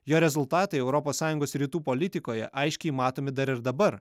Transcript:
jo rezultatai europos sąjungos rytų politikoje aiškiai matomi dar ir dabar